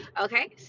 Okay